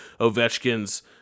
Ovechkin's